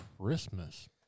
Christmas